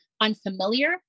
unfamiliar